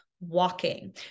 walking